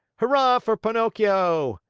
hurrah for pinocchio!